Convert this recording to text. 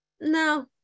no